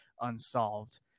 unsolved